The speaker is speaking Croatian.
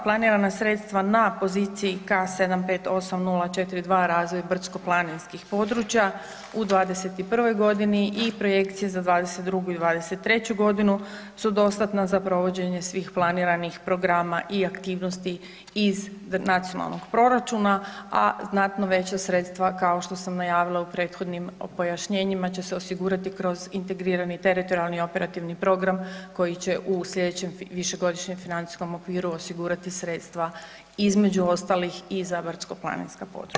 Planirana sredstva na poziciji K758042 razvoj brdsko-planinskih područja u 21. godini i projekcije za 22. i 23. godinu su dostatna za provođenje svih planiranih programa i aktivnosti iz nacionalnog proračuna, a znatno veća sredstva kao što sam najavila u prethodnim pojašnjenjima će se osigurati kroz integrirani i teritorijalni operativni program koji će u sljedećem višegodišnjem financijskom okviru osigurati sredstva između ostalih i za brdsko-planinska područja.